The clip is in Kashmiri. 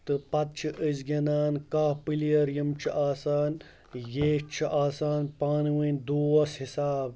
تہٕ پَتہٕ چھِ أسۍ گِنٛدان کاہہ پٕلیر یِم چھِ آسان یے چھِ آسان پانہٕ ؤنۍ دوس حِساب